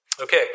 Okay